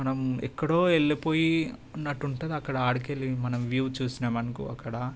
మనం ఎక్కడో వెళ్ళిపోయి ఉన్నట్టు ఉంటుంది అక్కడ అక్కడికి వెళ్ళి మనం వ్యూ చూసినవనుకో అక్కడ